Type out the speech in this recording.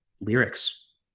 lyrics